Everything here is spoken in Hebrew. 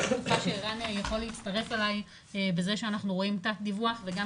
אני בטוחה שערן יכול להצטרף אלי בזה שאנחנו רואים תת דיווח וגם